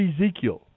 Ezekiel